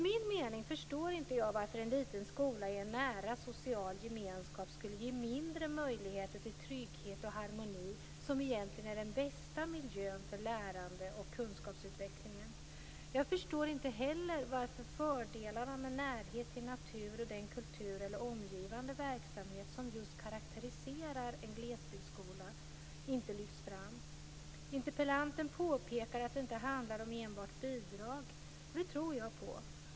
Jag förstår inte varför en liten skola i en nära social gemenskap skulle ge mindre möjligheter till trygghet och harmoni, vilket egentligen är den bästa miljön för lärande och kunskapsutveckling. Jag förstår inte heller varför fördelarna med närhet till natur och den kultur eller omgivande verksamhet som just karakteriserar en glesbygdsskola inte lyfts fram. Interpellanten påpekar att det inte handlar om enbart bidrag, och det tror jag på.